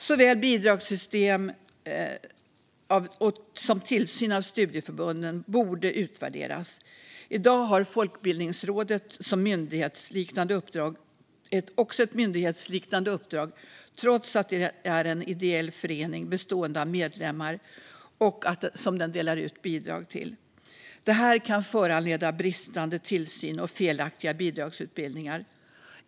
Såväl bidragssystem som tillsyn av studieförbunden borde utvärderas. I dag har Folkbildningsrådet också ett myndighetsliknande uppdrag trots att det är en ideell förening bestående av medlemmar som den delar ut bidrag till. Det kan föranleda bristande tillsyn och felaktiga bidragsutdelningar.